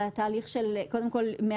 קודם כל,